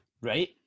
Right